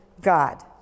God